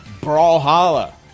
Brawlhalla